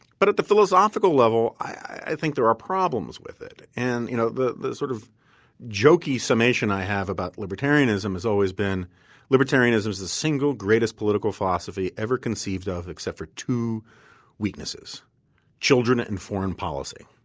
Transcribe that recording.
but at the philosophical level, i think there are problems with it and you know the the sort of jokey summation i have about libertarianism has always been libertarianism is the single greatest political philosophy ever conceived of except for two weaknesses children and foreign policy.